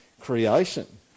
creation